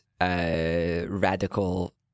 radical